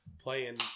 playing